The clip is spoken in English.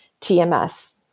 TMS